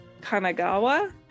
Kanagawa